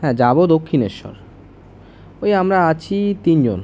হ্যাঁ যাব দক্ষিণেশ্বর ওই আমরা আছি তিনজন